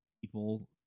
people